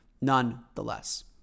nonetheless